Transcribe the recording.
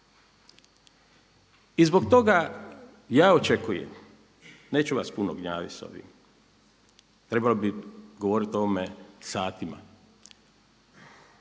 I zbog toga ja očekujem, neću vas puno gnjaviti s ovim, trebalo bi govoriti o ovome satima